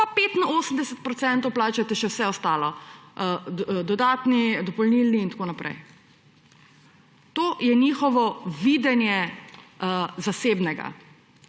pa 85 % plačajte še vse ostalo, dodatni, dopolnilni in tako naprej. To je njihovo videnje zasebnega.